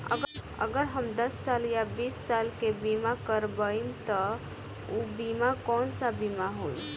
अगर हम दस साल या बिस साल के बिमा करबइम त ऊ बिमा कौन सा बिमा होई?